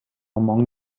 among